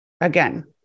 again